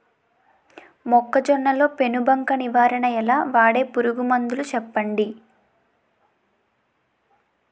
మొక్కజొన్న లో పెను బంక నివారణ ఎలా? వాడే పురుగు మందులు చెప్పండి?